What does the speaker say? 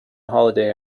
holiday